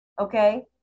okay